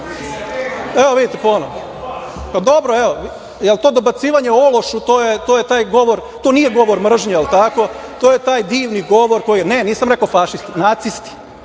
vidite ponovo. Dobro, evo. Jel to dobacivanje? „Ološu“, to je taj govor, to nije govor mržnje, jel tako? To je taj divni govor koji je…Ne, nisam rekao fašisti, nacisti.